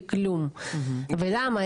למה?